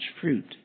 fruit